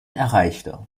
erreichte